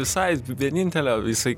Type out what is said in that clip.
visai vienintelio jisai